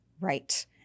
Right